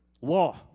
law